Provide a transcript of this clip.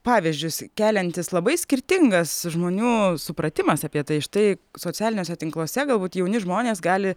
pavyzdžius keliantis labai skirtingas žmonių supratimas apie tai štai socialiniuose tinkluose galbūt jauni žmonės gali